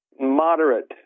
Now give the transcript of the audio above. moderate